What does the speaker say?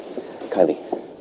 Kylie